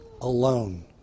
alone